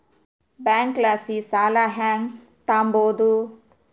ಬ್ಯಾಂಕಲಾಸಿ ಸಾಲ ಹೆಂಗ್ ತಾಂಬದು?